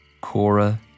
Cora